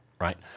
right